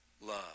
love